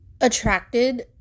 attracted